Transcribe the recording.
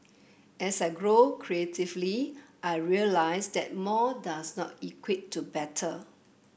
as I grow creatively I realise that more does not equate to better